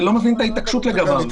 שאני לא מבין את ההתעקשות לגביו.